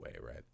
right